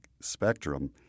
spectrum